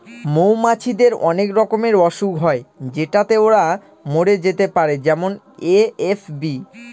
মৌমাছিদের অনেক রকমের অসুখ হয় যেটাতে ওরা মরে যেতে পারে যেমন এ.এফ.বি